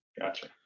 Gotcha